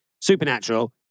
Supernatural